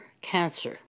cancer